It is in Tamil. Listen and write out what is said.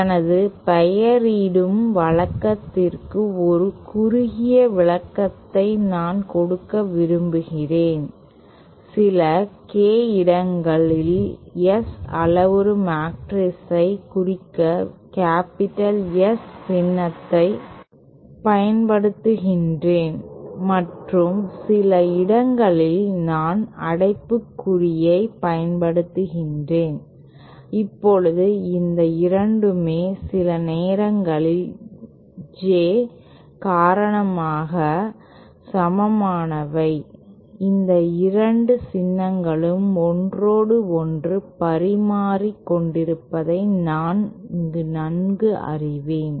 எனது பெயரிடும் வழக்கத்திற்கு ஒரு குறுகிய விளக்கத்தை நான் கொடுக்க விரும்புகிறேன் சில K இடங்களில் S அளவுரு மேட்ரிக்ஸைக் குறிக்க கேப்பிட்டல் S சின்னத்தைப் பயன்படுத்துகிறேன் மற்றும் சில இடங்களில் நான் அடைப்புக்குறியைப் பயன்படுத்துகிறேன் இப்போது இந்த இரண்டுமே சில நேரங்களில் J காரணமாக சமமானவை இந்த இரண்டு சின்னங்களும் ஒன்றோடொன்று பரிமாறிக் கொண்டிருப்பதை நான் நன்கு அறிவேன்